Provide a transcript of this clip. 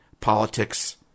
politics